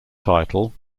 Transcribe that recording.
title